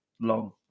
long